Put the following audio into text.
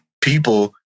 people